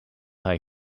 hij